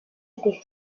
étaient